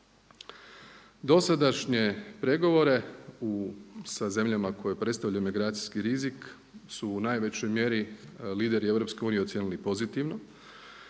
Dosadašnje pregovore sa zemljama koje predstavljaju emigracijski rizik su u najvećoj mjeri lideri EU ocijenili pozitivno.